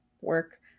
work